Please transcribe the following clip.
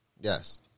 yes